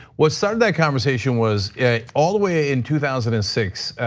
what started that conversation was all the way in two thousand and six,